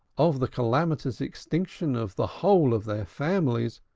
of the calamitous extinction of the whole of their families,